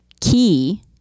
key